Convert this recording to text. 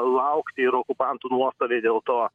laukti ir okupantų nuostoliai dėl to